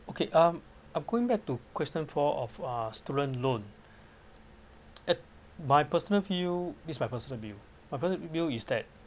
okay um I'm going back to question four of uh student loan at my personal view this my personal view my personal view is that